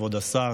כבוד השר,